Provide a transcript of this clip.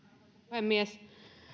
puhemies